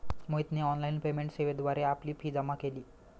मोहितने online payment सेवेद्वारे आपली फी जमा केली